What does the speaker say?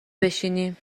بشینی